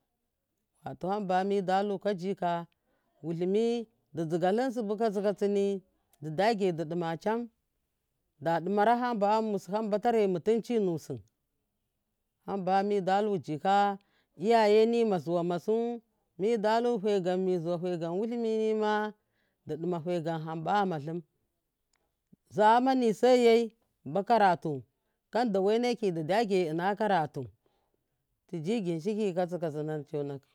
Ato hamba mida luka jika wulimi du jigalin subu katsikatsini du dage du duma cham damara hamba yamusi hamba tare mutun chi niwasi hamba midu luka jika iyayenima zuwama su midalu mizuwa wulimi nima du duma fegan hamba yam alum zamani segai bakaratu kan da weneki didage inna karatu tuji ginshiki katsikatsina tsonakum.